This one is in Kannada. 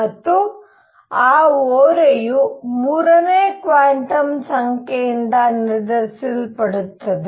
ಮತ್ತು ಆ ಓರೆಯು ಮೂರನೇ ಕ್ವಾಂಟಮ್ ಸಂಖ್ಯೆಯಿಂದ ನಿರ್ಧರಿಸಲ್ಪಡುತ್ತದೆ